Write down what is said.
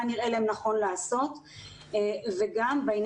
מה נראה להם נכון לעשות,